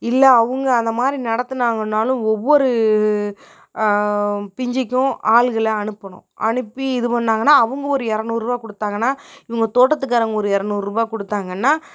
இல்லை அவங்க அந்த மாதிரி நடத்துனாங்கனாலும் ஒவ்வொரு பிஞ்சிக்கும் ஆள்களை அனுப்பணும் அனுப்பி இது பண்ணாங்கனா அவங்க ஒரு இரநூறுவா கொடுத்தாங்கனா இவங்க தோட்டத்து காரவங்க ஒரு இரநூறுவா கொடுத்தாங்கனா